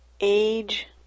age